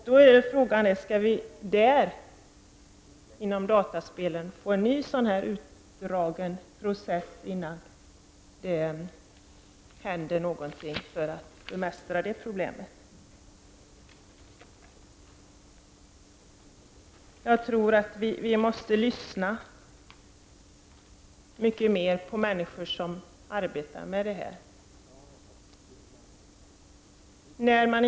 Då är frågan: Skall det bli en ny utdragen process med dataspelen, innan det görs någonting för att bemästra problemet? Vi måste lyssna mycket mer på människor som arbetar med detta.